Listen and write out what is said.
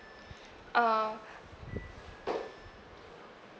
uh